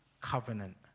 covenant